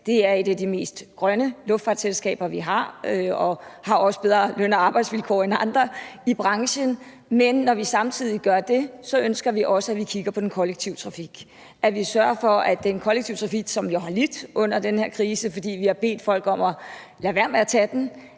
Det er et af de mest grønne luftfartsselskaber, vi har, og de har også bedre løn- og arbejdsvilkår end andre i branchen. Men når vi gør det, ønsker vi også, at man samtidig kigger på den kollektive trafik, som jo har lidt under den her krise, fordi man har bedt folk om at lade være med at tage den,